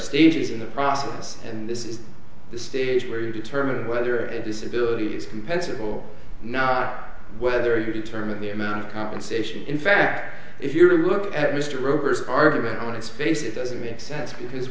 stages in the process and this is the stage where you determine whether it disability is competitive or not whether you determine the amount of compensation in fact if you look at mr roberts argument on its face it doesn't make sense because